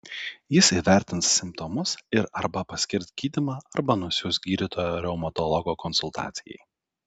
jis įvertins simptomus ir arba paskirs gydymą arba nusiųs gydytojo reumatologo konsultacijai